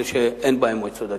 אלה שאין בהן מועצות דתיות.